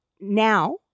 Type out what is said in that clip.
now